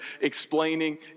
explaining